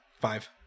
Five